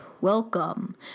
welcome